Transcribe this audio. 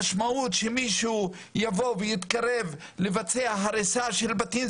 המשמעות שמישהו יבוא ויתקרב לבצע הריסה של בתים,